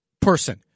person